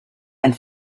and